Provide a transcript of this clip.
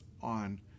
on